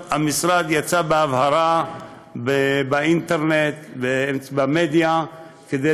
המשרד יצא בהבהרה באינטרנט ובמדיה כדי